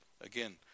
again